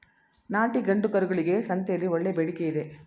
ನಾಟಿ ಗಂಡು ಕರುಗಳಿಗೆ ಸಂತೆಯಲ್ಲಿ ಒಳ್ಳೆಯ ಬೇಡಿಕೆಯಿದೆ